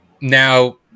now